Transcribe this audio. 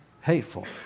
hateful